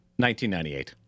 1998